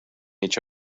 each